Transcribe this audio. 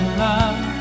love